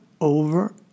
over